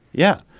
yeah.